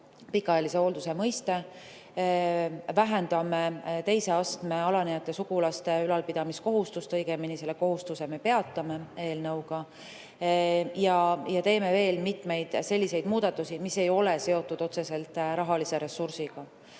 pikaajalise hoolduse mõiste. Vähendame teise astme alanejate sugulaste ülalpidamiskohustust, õigemini selle kohustuse me peatame, ja teeme veel mitmeid selliseid muudatusi, mis ei ole otseselt seotud rahalise ressursiga.